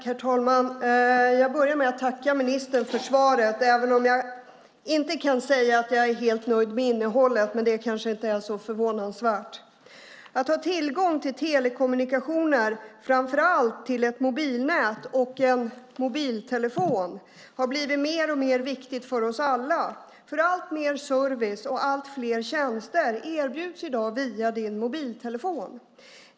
Herr talman! Jag börjar med att tacka ministern för svaret, även om jag inte kan säga att jag är helt nöjd med innehållet, men det kanske inte är så förvånansvärt. Att ha tillgång till telekommunikationer, framför allt till ett mobilnät och en mobiltelefon, har blivit mer och mer viktigt för oss alla, för alltmer service och allt fler tjänster erbjuds i dag via din mobiltelefon.